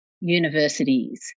universities